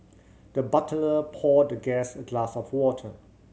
the butler poured the guest a glass of water